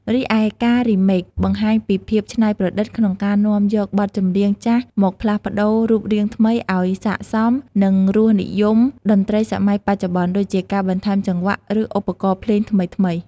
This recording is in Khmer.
រីឯ ការ Remake បង្ហាញពីភាពច្នៃប្រឌិតក្នុងការនាំយកបទចម្រៀងចាស់មកផ្លាស់ប្ដូររូបរាងថ្មីឲ្យស័ក្តិសមនឹងរសនិយមតន្ត្រីសម័យបច្ចុប្បន្ន ដូចជាការបន្ថែមចង្វាក់ ឬឧបករណ៍ភ្លេងថ្មីៗ។